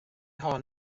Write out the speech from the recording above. hon